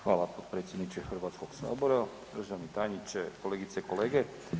Hvala potpredsjedniče HS-a, državni tajniče, kolegice i kolege.